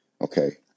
Okay